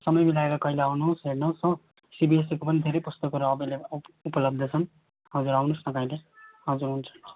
समय मिलाएर कहिले आउनु होस् हेर्नु होस् हो सिबिएससिको पनि धेरै पुस्तकहरू एभाइलेबल उप उपलब्ध छन् हजुर आउनु होस् न कहिले हजुर हुन्छ